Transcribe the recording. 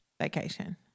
vacation